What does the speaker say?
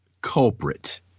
culprit